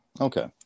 Okay